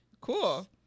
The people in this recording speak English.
Cool